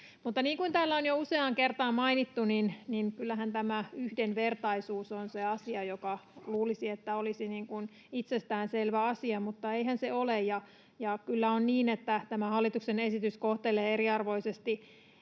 kuin täällä on jo useaan kertaan mainittu, kyllähän tämä yhdenvertaisuus on se asia, josta luulisi, että se olisi itsestään selvä asia, mutta eihän se ole. Kyllä on niin, että tämä hallituksen esitys kohtelee eriarvoisesti